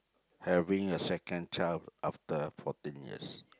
having a second child after fourteen years